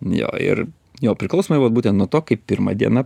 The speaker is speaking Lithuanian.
jo ir jo priklausomai vat būtent nuo to kaip pirma diena